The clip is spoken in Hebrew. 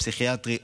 הפסיכיאטרי,